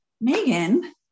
Megan